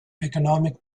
economic